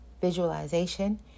visualization